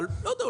אבל לא יודע,